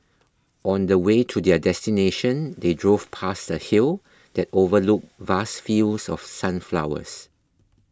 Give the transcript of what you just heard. on the way to their destination they drove past a hill that overlooked vast fields of sunflowers